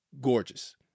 gorgeous